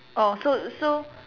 oh so so